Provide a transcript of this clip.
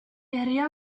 herria